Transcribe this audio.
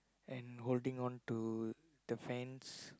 and holding on to the fence